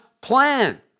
plan